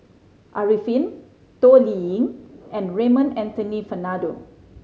Arifin Toh Liying and Raymond Anthony Fernando